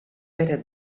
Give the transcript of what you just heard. better